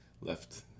left